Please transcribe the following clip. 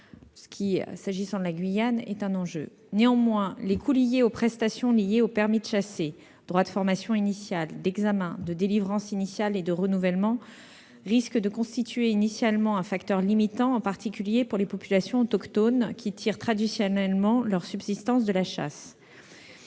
feu. Pour la Guyane, c'est un enjeu. Néanmoins, les coûts induits par les prestations liées au permis de chasser- droits de formation initiale, d'examen, de délivrance initiale, de renouvellement -risquent de constituer un facteur limitant, en particulier pour les populations autochtones, qui tirent traditionnellement leur subsistance de la chasse.